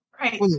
Right